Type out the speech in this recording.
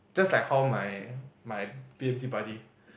just like how my b_m_t buddy